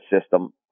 system